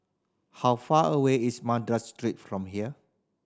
how far away is Street from here